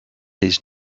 his